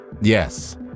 Yes